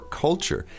culture